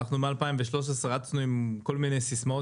אנחנו מ-2013 רצנו עם כל מיני סיסמאות